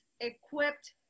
equipped